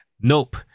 Nope